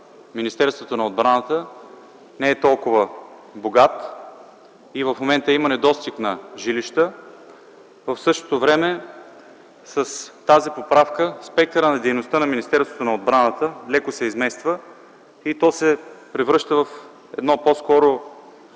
Министерството на отбраната не е толкова богат и има недостиг на жилища. В същото време с тази поправка спектърът на дейност на Министерството на отбраната леко се измества и се превръща с едни по-скоро